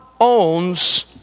owns